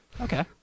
Okay